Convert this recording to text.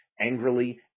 angrily